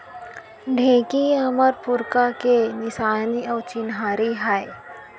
ढेंकी हमर पुरखा के निसानी अउ चिन्हारी आय